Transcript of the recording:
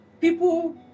people